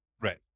right